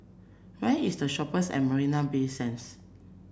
where is The Shoppes at Marina Bay Sands